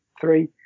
three